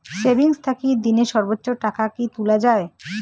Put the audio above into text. Savings থাকি দিনে সর্বোচ্চ টাকা কি তুলা য়ায়?